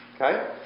Okay